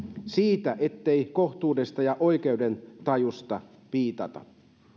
siitä ettei kohtuudesta ja oikeudentajusta piitata